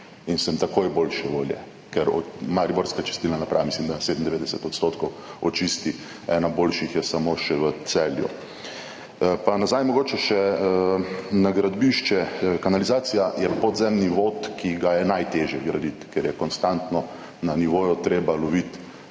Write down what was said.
in sem takoj boljše volje, ker mariborska čistilna naprava, mislim, da 97 % očisti, ena boljših je samo še v Celju. Pa nazaj mogoče še na gradbišče. Kanalizacija je podzemni vod, ki ga je najtežje graditi, ker je konstantno na nivoju, treba loviti